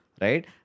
Right